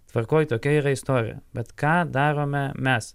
tvarkoj tokia yra istorija bet ką darome mes